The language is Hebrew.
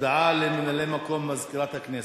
הודעה לממלא-מקום מזכירת הכנסת.